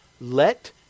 let